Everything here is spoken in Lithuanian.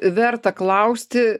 verta klausti